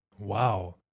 Wow